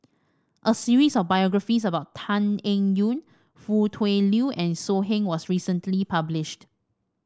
a series of biographies about Tan Eng Yoon Foo Tui Liew and So Heng was recently published